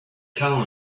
tell